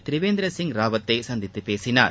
திரிவேந்திர சிங் ராவத்தை சந்தித்து பேசினார்